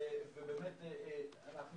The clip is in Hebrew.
באמת אנחנו